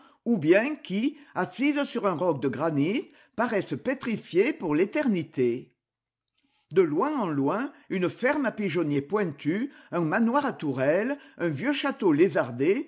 ou bien qui assises sur un roc de granit paraissent pétrifiées pour l'éternité de loin en loin une ferme à pigeonnier pointu un manoir à tourelles un vieux château lézardé